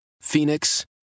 Phoenix